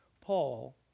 Paul